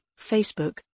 Facebook